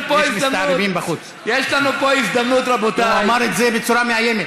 כמו שאמרה חברת הכנסת,